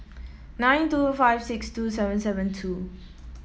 nine two five six two seven seven two